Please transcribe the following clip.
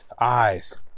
eyes